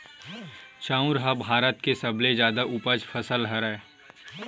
चाँउर ह भारत के सबले जादा उपज फसल हरय